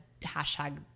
hashtag